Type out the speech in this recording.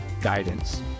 guidance